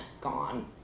gone